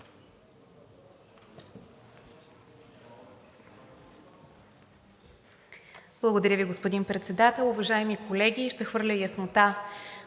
Благодаря, господин Председател. Уважаеми колеги,